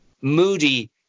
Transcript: moody